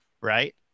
right